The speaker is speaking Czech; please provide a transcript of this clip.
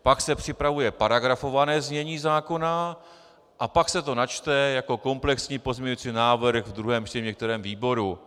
Pak se připravuje paragrafované znění zákona a pak se to načte jako komplexní pozměňovací návrh ve druhém čtení v některém z výborů.